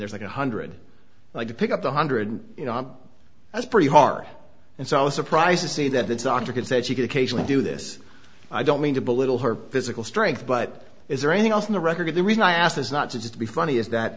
there's like one hundred like to pick up the hundred that's pretty hard and so i was surprised to see that the doctor had said she could occasionally do this i don't mean to belittle her physical strength but is there anything else in the record of the reason i ask is not to just be funny is that